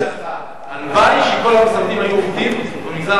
הלוואי שכל המשרדים היו עובדים במגזר